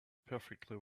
perfectly